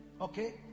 Okay